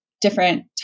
different